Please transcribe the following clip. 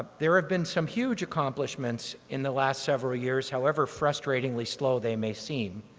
there have been some huge accomplishments in the last several years, however frustratingly slow they may seem.